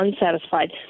unsatisfied